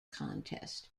contest